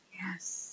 Yes